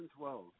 2012